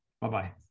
Bye-bye